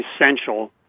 essential